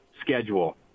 schedule